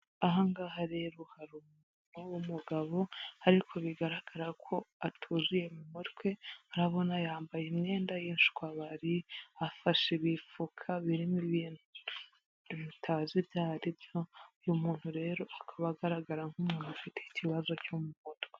Aha nga rero hari umugabo ariko bigaragara ko atuzuye mu mutwe, urabona yambaye imyenda yashwabari, afashe ibifuka birimo ibintu bitazi bya aribyo, uyu muntu rero akaba agaragara nk'umuntu ufite ikibazo cyo mu mutwe.